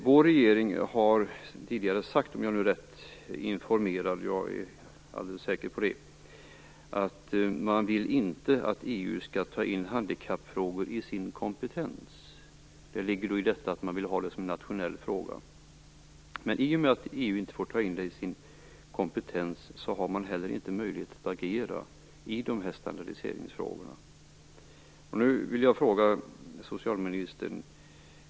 Vår regering har tidigare sagt - jag är alldeles säker på att så är fallet - att man inte vill att EU skall ta in handikappfrågor i sin kompetens. I detta ligger att regeringen vill att handikappfrågan skall vara en nationell fråga. I och med att EU inte får ta in dessa frågor i sin kompetens har man heller ingen möjlighet att agera i standardiseringsfrågorna.